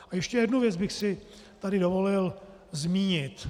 A ještě jednu věc bych si tady dovolil zmínit.